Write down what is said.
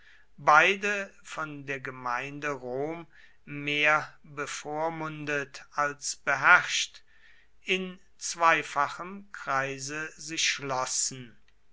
beide von der gemeinde rom mehr bevormundet als beherrscht in zweifachem kreise sich